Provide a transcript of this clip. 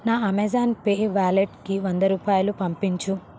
నా Amazon Pay వాలెట్కి వందరూపాయలు పంపించు